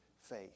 faith